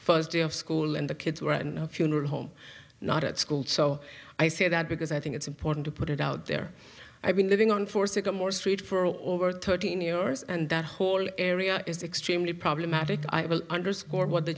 first day of school and the kids were out and funeral home not at school so i say that because i think it's important to put it out there i've been living on for sycamore street for over thirteen years and that whole area is extremely problematic i will underscore what the